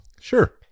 sure